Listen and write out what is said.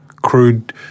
crude